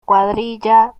cuadrilla